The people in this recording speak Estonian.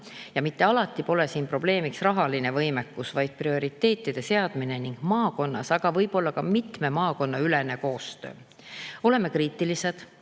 ja mitte alati pole siin probleemiks rahaline võimekus, vaid prioriteetide seadmine ningkoostöö maakonnas, aga võib-olla ka mitme maakonna ülene koostöö. Oleme kriitilised,